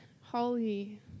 Holly